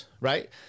right